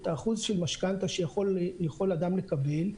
את האחוז של משכנתה שיכול אדם לקבל,